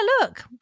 look